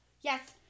Yes